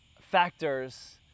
factors